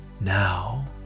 now